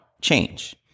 change